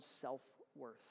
self-worth